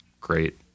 great